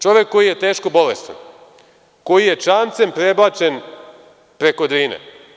Čovek koji je teško bolestan, koji je čamcem prebačen preko Drine.